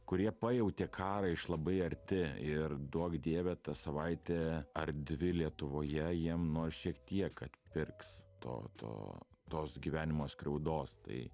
kurie pajautė karą iš labai arti ir duok dieve ta savaitė ar dvi lietuvoje jiem nors šiek tiek atpirks to to tos gyvenimo skriaudos tai